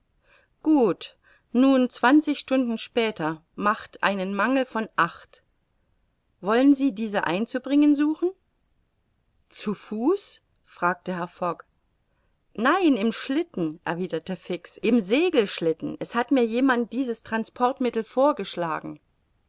gut nun zwanzig stunden später macht einen mangel von acht wollen sie diese einzubringen suchen zu fuß fragte herr fogg nein im schlitten erwiderte fix im segelschlitten es hat mir jemand dieses transportmittel vorgeschlagen